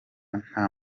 nta